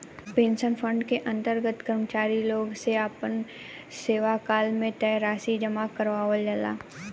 pension fund के अंतर्गत कर्मचारी लोग से आपना सेवाकाल में तय राशि जामा करावल जाला